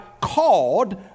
called